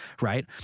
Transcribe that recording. right